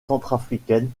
centrafricaine